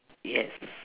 yes